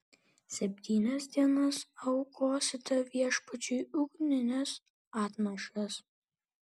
septynias dienas aukosite viešpačiui ugnines atnašas